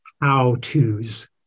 how-tos